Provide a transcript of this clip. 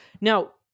Now